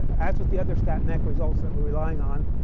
as with the other stat mech results that we're relying on,